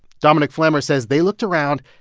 dominik flammer says they looked around,